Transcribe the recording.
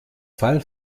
fall